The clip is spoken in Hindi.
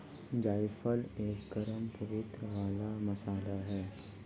जायफल एक गरम प्रवृत्ति वाला मसाला है